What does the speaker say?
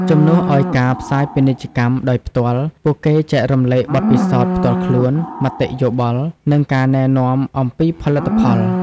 ជំនួសឱ្យការផ្សាយពាណិជ្ជកម្មដោយផ្ទាល់ ពួកគេចែករំលែកបទពិសោធន៍ផ្ទាល់ខ្លួន មតិយោបល់ និងការណែនាំអំពីផលិតផល។